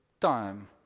time